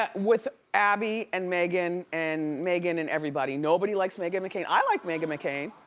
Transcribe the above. ah with abby and meghan, and meghan and everybody. nobody likes meghan mccain. i like meghan mccain.